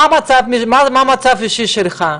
מה המצב האישי שלך?